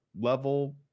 level